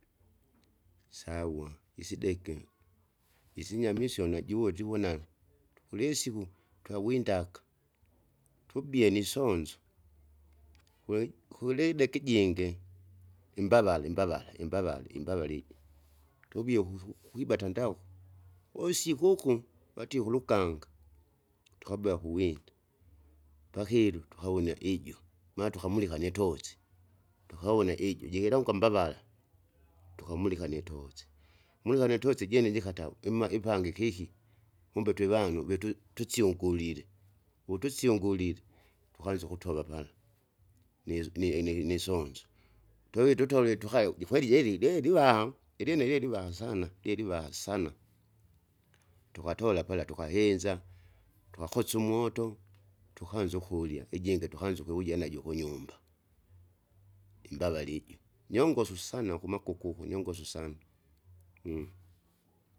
Sawa isideke, isinyama isyo najuwa twivona, tukulisiku twawindaga, tubie nisonzo, wei kulideki ijinge, imbavara imbavara imbavare imbavare iji, tubie ukusu kwibata ndau, usikuku vatie kulukanga, tukabea kuwinda, pakilo tukawuna ijo, ma tukamulika nitochi, tukavona ijo jikeleuka mbavara, tukamulika nitochi. Mulika nitochi ijene jikata imma ipange ikiki, kumbe twevanu, vetu tusyungulile, vutusyungulile, tukanza ukutova pala, nis- ni- ni- nisonzo, tuvie tutolwe tukae jikweli jeri lilivaha ilyene lyeliva sana lyeliva sana! Tukatola pala kukahinza, tukakosya umoto, tukanza ukulya, ijingi tukanza ukuvuja najo kunyumba, imbavara ijo, nyongosu sana kumakuku uko nyongosu sana.